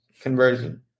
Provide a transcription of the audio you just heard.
conversion